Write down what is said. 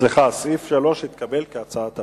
כהצעת הוועדה,